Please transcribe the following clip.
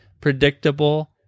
predictable